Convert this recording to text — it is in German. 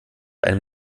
einem